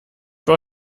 war